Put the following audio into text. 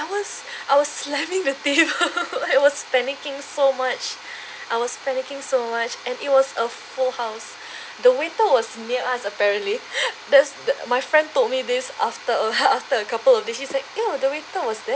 I was I was slamming the table I was panicking so much I was panicking so much and it was a full house the waiter was near us apparently that's the my friend told me this after a after a couple of days he's like a you know the waiter was there